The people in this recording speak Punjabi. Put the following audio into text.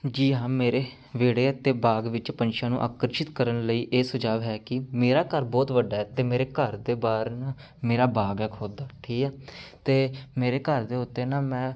ਜੀ ਹਾਂ ਮੇਰੇ ਵਿਹੜੇ ਅਤੇ ਬਾਗ ਵਿੱਚ ਪੰਛੀਆਂ ਨੂੰ ਆਕਰਸ਼ਿਤ ਕਰਨ ਲਈ ਇਹ ਸੁਝਾਵ ਹੈ ਕਿ ਮੇਰਾ ਘਰ ਬਹੁਤ ਵੱਡਾ ਹੈ ਅਤੇ ਮੇਰੇ ਘਰ ਦੇ ਬਾਹਰ ਨਾ ਮੇਰਾ ਬਾਗ ਹੈ ਖੁਦ ਦਾ ਠੀਕ ਆ ਅਤੇ ਮੇਰੇ ਘਰ ਦੇ ਉੱਤੇ ਨਾ ਮੈਂ